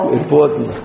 important